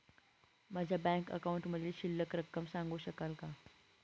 माझ्या बँक अकाउंटमधील शिल्लक रक्कम सांगू शकाल का?